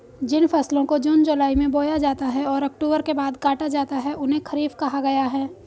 जिन फसलों को जून जुलाई में बोया जाता है और अक्टूबर के बाद काटा जाता है उन्हें खरीफ कहा गया है